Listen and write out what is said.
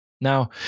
Now